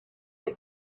that